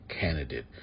candidate